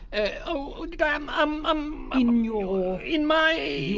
oh, damn, um, um in um your, in my,